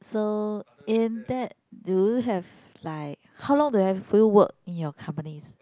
so in that do you have like how long do have you work in your companies